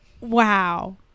wow